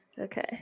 Okay